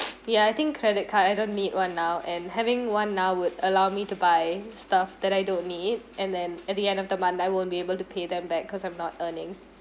ya I think credit card I don't need one now and having one now would allow me to buy stuff that I don't need and then at the end of the month I won't be able to pay them back cause I'm not earning